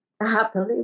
happily